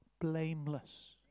blameless